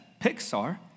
Pixar